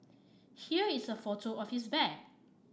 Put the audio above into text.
here is a photo of his bag